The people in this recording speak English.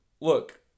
look